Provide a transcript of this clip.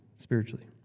Spiritually